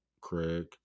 Craig